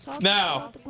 now